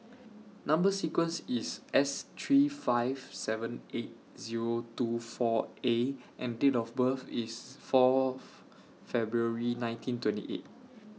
Number sequence IS S three five seven eight Zero two four A and Date of birth IS four February nineteen twenty eight